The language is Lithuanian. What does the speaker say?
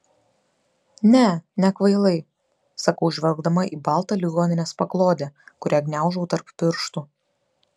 ne nekvailai sakau žvelgdama į baltą ligoninės paklodę kurią gniaužau tarp pirštų